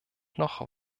noch